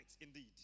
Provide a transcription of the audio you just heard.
indeed